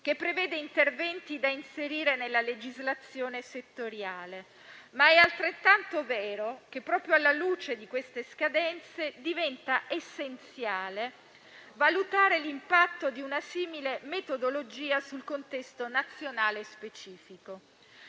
che prevede interventi da inserire nella legislazione settoriale. Ma è altrettanto vero che, proprio alla luce di queste scadenze, diventa essenziale valutare l'impatto di una simile metodologia sul contesto nazionale specifico.